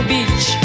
Beach